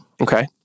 Okay